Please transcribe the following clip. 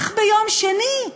אך ביום שני,